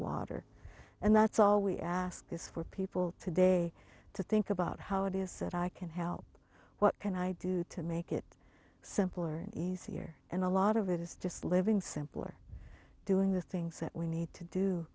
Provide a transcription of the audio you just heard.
water and that's all we ask is for people today to think about how it is that i can help what can i do to make it simpler and easier and a lot of it is just living simpler doing the things that we need to do